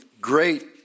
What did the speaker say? great